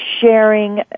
sharing